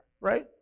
right